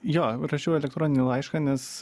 jo rašiau elektroninį laišką nes